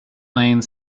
lane